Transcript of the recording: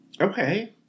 Okay